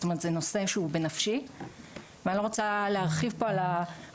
זאת אומרת זה נושא שהוא בנפשי ואני לא רוצה להרחיב פה על השלכות,